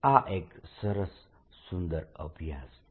આ એક સરસ સુંદર અભ્યાસ છે